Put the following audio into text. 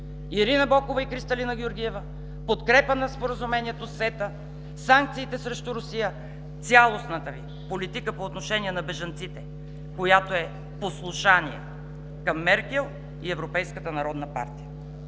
Ирина Бокова и Кристалина Георгиева; подкрепа на споразумението СЕТА; санкциите срещу Русия; цялостната Ви политика по отношение на бежанците, която е послушание към Меркел и Европейската народна партия.